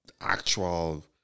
actual